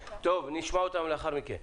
נשמע אותם לאחר מכן.